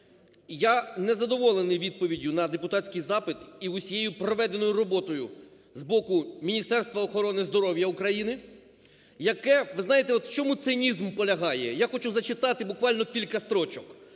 Я не задоволений відповіддю на депутатський запит і усією проведеною роботою з боку Міністерства охорони здоров'я України, яке… Ви знаєте от в чому цинізм полягає? Я хочу зачитати буквально кілька строчок: